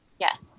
Yes